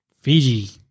Fiji